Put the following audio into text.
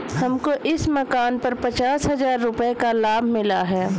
हमको इस मकान पर पचास हजार रुपयों का लाभ मिला है